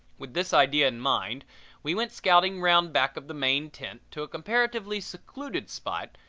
with this idea in mind we went scouting round back of the main tent to a comparatively secluded spot,